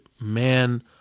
man